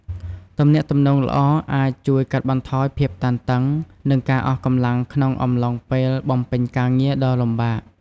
ទំនាក់ទំនងល្អអាចជួយកាត់បន្ថយភាពតានតឹង និងការអស់កម្លាំងក្នុងអំឡុងពេលបំពេញការងារដ៏លំបាក។